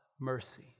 mercy